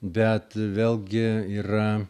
bet vėlgi yra